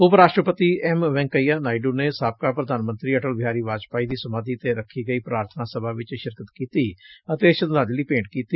ਉਪ ਰਾਸ਼ਟਰਪਤੀ ਐਮ ਵੈਂਕਈਆ ਨਾਇਡੁ ਨੇ ਸਾਬਕਾ ਪ੍ਧਾਨ ਮੰਤਰੀ ਅਟਲ ਬਿਹਾਰੀ ਵਾਜਪੇਈ ਦੀ ਸਮਾਧੀ ਤੇ ਰੱਖੀ ਗਈ ਪਾਰਬਨਾ ਸਭਾ ਵਿਚ ਸ਼ਿਰਕਤ ਕੀਤੀ ਅਤੇ ਸ਼ਰਧਾਂਜਲੀ ਭੇਂਟ ਕੀਤੀ